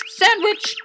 sandwich